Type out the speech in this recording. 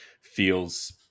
feels